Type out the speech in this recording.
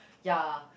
ya